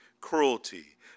cruelty